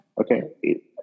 Okay